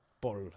Paul